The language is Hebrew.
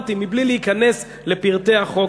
אמרתי "בלי להיכנס לפרטי החוק",